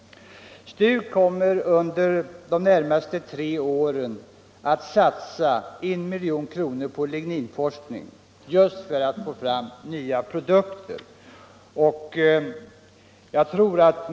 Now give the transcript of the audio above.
STU kommer under de närmaste tre åren att satsa I miljon kronor på ligninforskning just för att få fram nya produkter.